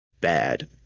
bad